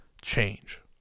change